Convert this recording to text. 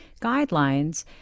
guidelines